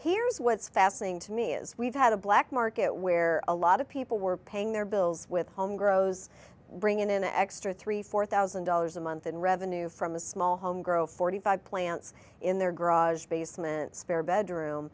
here's what's fascinating to me is we've had a black market where a lot of people were paying their bills with home grows bring in an extra three four thousand dollars a month in revenue from a small home grow forty five plants in their garage basement spare bedroom